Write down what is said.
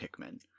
pikmin